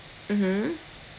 mmhmm